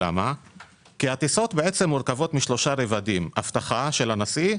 כי הטיסות מורכבות משלושה רבדים אבטחת הנשיא,